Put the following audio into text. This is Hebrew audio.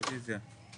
רביזיה.